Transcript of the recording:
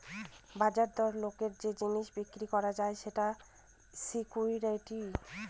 বাজার দরে লোকের যে জিনিস বিক্রি করা যায় সেটা সিকুইরিটি